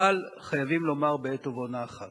אבל חייבים לומר בעת ובעונה אחת